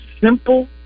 simple